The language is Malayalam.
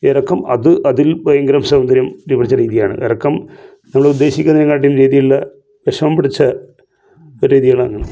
ഇറക്കം അത് അതിൽ ഭയങ്കര സൗന്ദര്യം പിടിച്ച രീതിയാണ് ഇറക്കം നമ്മൾ ഉദ്ദേശിക്കുന്നതിനെ കാട്ടിലും രീതി ഉള്ള വിഷമം പിടിച്ച രീതിയിലാണ്